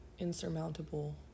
insurmountable